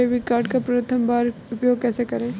Debit card का प्रथम बार उपयोग कैसे करेंगे?